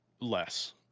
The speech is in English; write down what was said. less